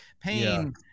paying